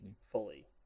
fully